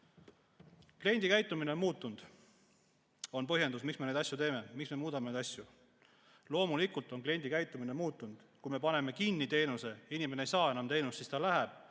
"Kliendikäitumine on muutunud, see on põhjendus, miks me neid asju teeme, miks me muudame neid asju." Loomulikult on kliendikäitumine muutunud. Kui me paneme teenuse kinni, inimene ei saa enam teenust, siis ta nutab